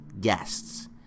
guests